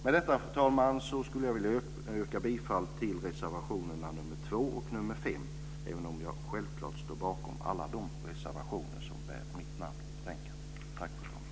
Med detta, fru talman, skulle jag vilja yrka bifall till reservationerna 2 och 5, även om jag självfallet står bakom alla de reservationer i betänkandet som bär mitt namn.